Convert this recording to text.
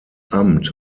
amt